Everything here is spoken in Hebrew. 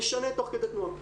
נשנה תוך כדי תנועה.